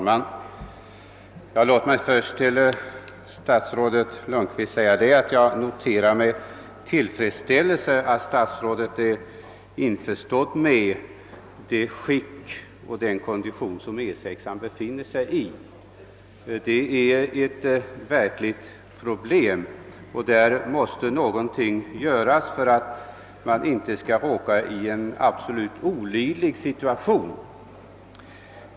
Herr talman! Låt mig först säga statsrådet Lundkvist att jag noterar med tillfredsställelse, att statsrådet delar min uppfattning om E 6:ans skick och kondition. Detta är ett verkligt problem, och någonting måste göras för att situationen inte skall bli helt olidlig.